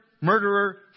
murderer